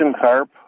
carp